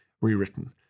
rewritten